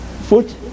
foot